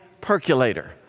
percolator